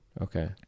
okay